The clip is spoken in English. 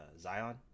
Zion